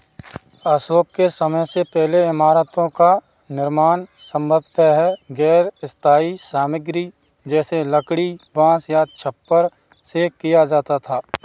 अशोक के समय से पहले इमारतों का निर्माण संभवतः गैर स्थाई सामग्री जैसे लकड़ी बाँस या छप्पर से किया जाता था